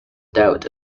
doubt